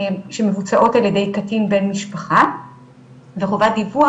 שמבוצעות על ידי קטין בן משפחה וחובת דיווח